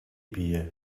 биеэ